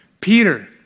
Peter